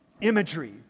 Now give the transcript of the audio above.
imagery